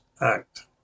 act